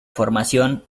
formación